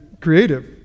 creative